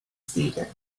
theatre